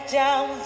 down